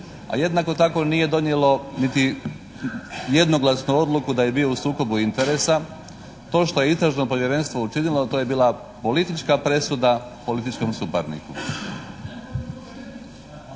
a jednako tako nije donijelo niti jednoglasno odluku da je bio u sukobu interesa. To što je istražno povjerenstvo učinilo to je bila politička presuda političkom suparniku.